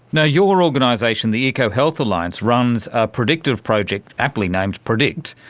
yeah your organisation, the ecohealth alliance, runs a predictive project, aptly named predict.